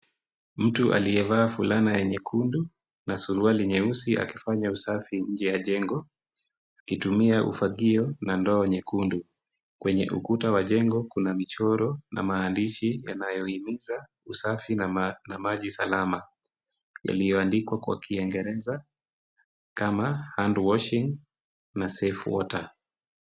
Mtu aliyevaa fulana ya nyekundu na suruali nyeusi akifanya usafi nje ya jengo, akitumia ufagio na ndoo nyekundu. Kwenye ukuta wa jengo kuna michoro na maandishi yanayohimiza usafi na maji salama, yaliyoandikwa kwa Kiingereza kama Hand washing na Safe Water .